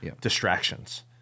distractions